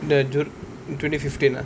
in the june in twenty fifteen ah